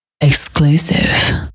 Exclusive